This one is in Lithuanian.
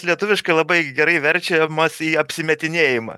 lietuviškai labai gerai verčiamas į apsimetinėjimą